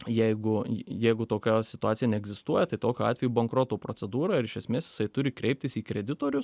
jeigu jeigu tokia situacija neegzistuoja tai tokiu atveju bankroto procedūra ir iš esmės jisai turi kreiptis į kreditorius